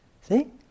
See